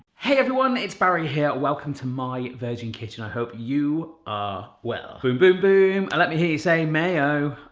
hey everyone! it's barry here. welcome to my virgin kitchen. i hope you are well. boom boom boom! and let me hear you say mayo!